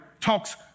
talks